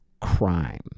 crime